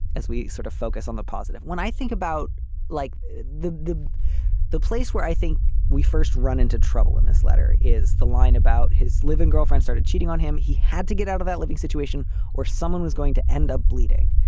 as we sort of focus on the positive when i think about like the the the place where i think we first run into trouble in this letter is the line about his live in girlfriend started cheating on him. he had to get out of that living situation or someone was going to end up bleeding.